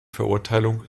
verurteilung